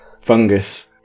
fungus